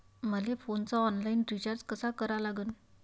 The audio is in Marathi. मले फोनचा ऑनलाईन रिचार्ज कसा करा लागन?